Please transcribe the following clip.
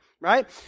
right